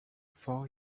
four